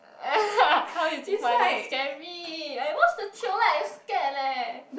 how you think funny scary I watch the trailer I scared leh